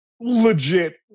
Legit